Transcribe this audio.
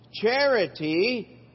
Charity